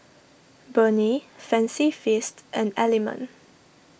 Burnie Fancy Feast and Element